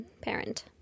Parent